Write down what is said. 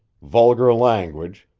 vulgar language,